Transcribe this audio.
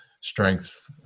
strength